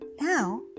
Now